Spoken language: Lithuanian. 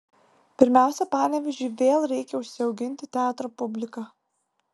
pirmiausia panevėžiui vėl reikia užsiauginti teatro publiką